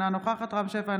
אינה נוכחת רם שפע,